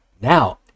Now